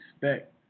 respect